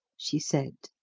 she said.